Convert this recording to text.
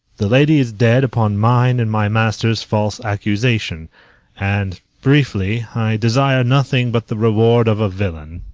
the lady is dead upon mine and my master's false accusation and, briefly, i desire nothing but the reward of a villain.